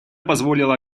позволило